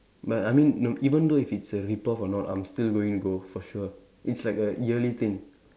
but I mean no even though if it's a rip off or not I'm still going to go for sure it's like a yearly thing